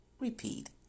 repeat